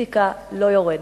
הסטטיסטיקה לא יורדת.